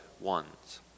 ones